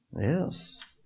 Yes